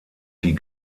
die